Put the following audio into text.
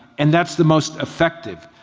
and that's the most effective,